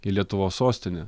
į lietuvos sostinę